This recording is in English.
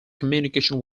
communication